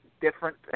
different